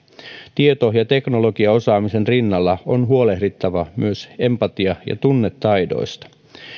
tieto ja teknologiaosaamisen rinnalla on huolehdittava myös empatia ja tunnetaidoista